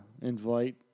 invite